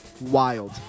Wild